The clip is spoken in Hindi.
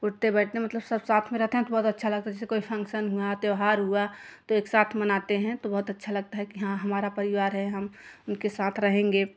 उठते बैठते मतलब सब साथ में रहते हैं तो बहुत अच्छा लगता हैं जैसे कोई फंग्सन हुआ त्योहार हुआ तो एक साथ मनाते हैं तो बहुत अच्छा लगता है कि हाँ हमारा परिवार है हम उनके साथ रहेंगे